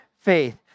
faith